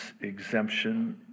exemption